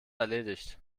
erledigt